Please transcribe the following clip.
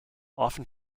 often